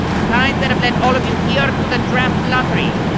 the kind that have led all of you here to the draft lottery!